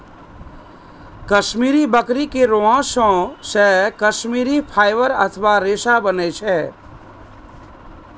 कश्मीरी बकरी के रोआं से कश्मीरी फाइबर अथवा रेशा बनै छै